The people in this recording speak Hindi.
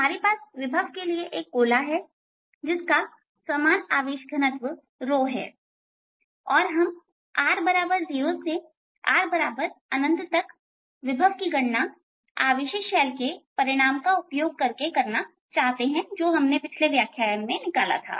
हमारे पास विभव के लिए एक गोला है जिसका समान आवेश घनत्व है और हम r0 से r तक विभव की गणना आवेशित शेल के परिणाम का उपयोग करके करना चाहते हैं जो हमने पिछले व्याख्यान में निकाला था